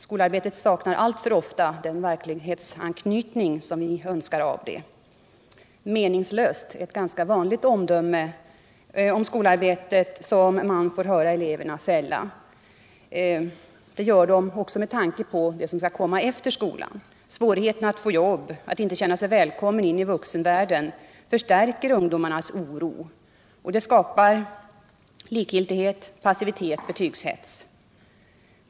Skolarbetet saknar alltför ofta den verklighetsanknytning vi önskar av den. ”Meningslöst” är ett ganska vanligt omdöme om skolarbetet från eleverna. Det omdömet fäller de också med tanke på det som skall komma efter skolan. Svårigheten att få jobb, att inte känna sig välkommen in i vuxenvärlden förstärker ungdomarnas oro. Det skapar likgiltighet, passivitet och betygshets.